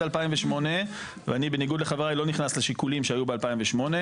2008 ואני בניגוד לחבריי לא נכנס לשיקולים שהיו ב-2008.